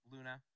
Luna